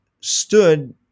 stood